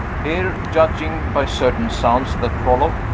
here, judging by certain sounds that followed,